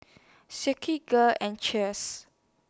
Silkygirl and Cheers